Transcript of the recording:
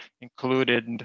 included